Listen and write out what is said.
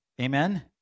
amen